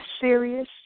serious